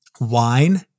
Wine